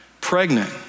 Pregnant